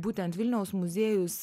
būtent vilniaus muziejus